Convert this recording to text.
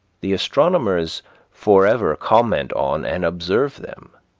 the astronomers forever comment on and observe them.